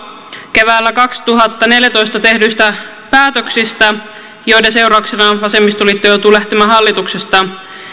keväällä kaksituhattaneljätoista tehdyistä päätöksistä joiden seurauksena vasemmistoliitto joutui lähtemään hallituksesta